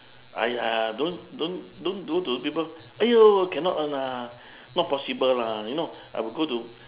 !aiya! don't don't don't go to people !aiyo! cannot one ah not possible lah you know I would go to